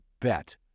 bet